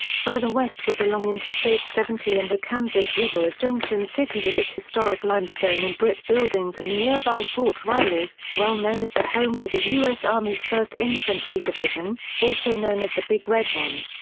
further westward along interstate seventy and the kansas river is junction city with its historic limestone and brick buildings and nearby fort riley, well known as the home to the u s. army's first infantry division, also known as the big red one.